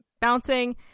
bouncing